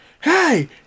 hey